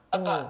mm